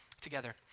together